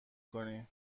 کنی